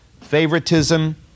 Favoritism